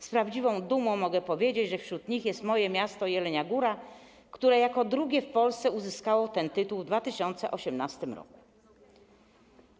Z prawdziwą dumą mogę powiedzieć, że wśród nich jest moje miasto, Jelenia Góra, które jako drugie w Polsce uzyskało ten tytuł w 2018 r.